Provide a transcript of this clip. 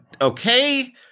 Okay